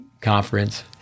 conference